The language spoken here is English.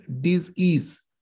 dis-ease